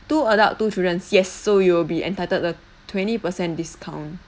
two adult two childrens yes so you'll be entitled the twenty percent discount